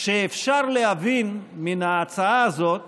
שאפשר להבין מן ההצעה הזאת